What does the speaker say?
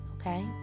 okay